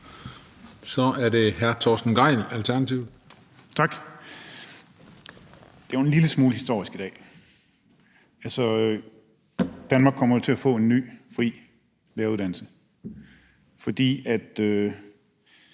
Kl. 19:06 Torsten Gejl (ALT): Tak. Det er jo en lille smule historisk i dag: Danmark kommer til at få en ny fri læreruddannelse, fordi det